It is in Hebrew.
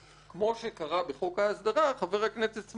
כפי שקרה בחוק ההסדרה, חבר הכנסת סמוטריץ